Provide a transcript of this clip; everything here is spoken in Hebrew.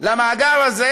למאגר הזה,